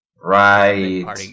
Right